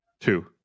Two